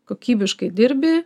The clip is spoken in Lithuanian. kokybiškai dirbi